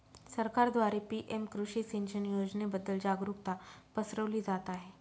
सरकारद्वारे पी.एम कृषी सिंचन योजनेबद्दल जागरुकता पसरवली जात आहे